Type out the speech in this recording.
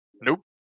Nope